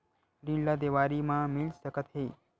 ऋण ला देवारी मा मिल सकत हे